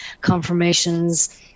confirmations